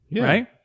right